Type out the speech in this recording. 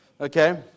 okay